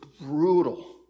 brutal